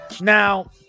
Now